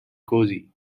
cosy